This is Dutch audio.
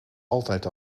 altijd